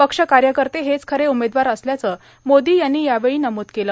पक्ष कार्यकर्ते हेच खरे उमेदवार असल्याचं मोदी यांनी यावेळी नमूद केलं